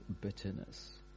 bitterness